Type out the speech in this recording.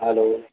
hello